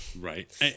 Right